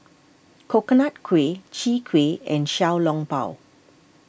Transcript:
Coconut Kuih Chwee Kueh and Xiao Long Bao